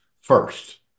first